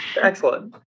Excellent